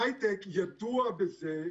ההיי-טק ידוע בזה.